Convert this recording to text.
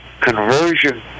conversion